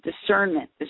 discernment